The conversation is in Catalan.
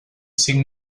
cinc